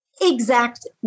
exact